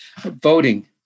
voting